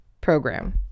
program